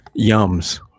Yums